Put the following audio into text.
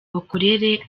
bakorere